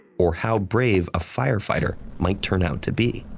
or how brave a firefighter might turn out to be.